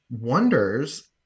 wonders